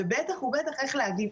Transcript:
ובטח ובטח איך להגיב.